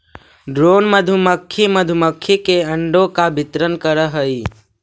drone मधुमक्खी मधुमक्खी के अंडों का वितरण करअ हई